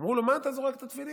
אמרו לו, מה אתה זורק את התפילין?